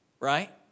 Right